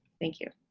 thank you.